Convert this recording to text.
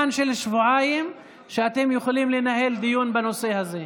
יש זמן של שבועיים שאתם יכולים לנהל דיון בנושא הזה.